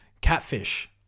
Catfish